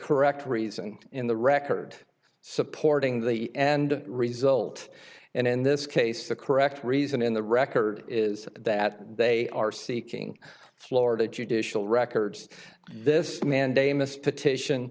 correct reason in the record supporting the end result and in this case the correct reason in the record is that they are seeking florida judicial records this mandamus petition